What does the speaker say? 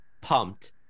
pumped